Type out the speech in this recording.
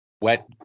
wet